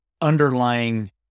underlying